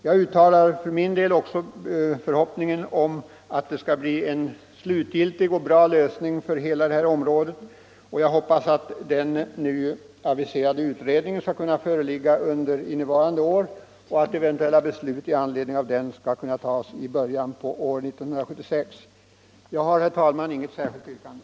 Jag hoppas därför att det skall bli en slutgiltig och bra lösning för hela det här området och att den aviserade utredningen skall kunna föreligga under innevarande år, så att eventuella beslut i anledning av den skall kunna tas i början på år 1976. Jag har, herr talman, inget särskilt yrkande.